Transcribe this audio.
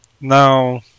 Now